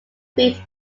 beat